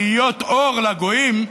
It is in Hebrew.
"להיות אור לגויים"